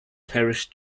parish